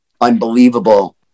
unbelievable